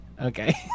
Okay